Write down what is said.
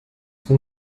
com